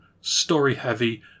story-heavy